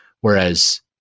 Whereas